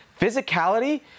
Physicality